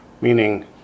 Meaning